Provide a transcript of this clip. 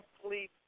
complete